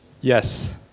Yes